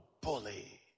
bully